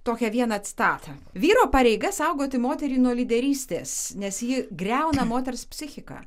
tokią vieną citatą vyro pareiga saugoti moterį nuo lyderystės nes ji griauna moters psichiką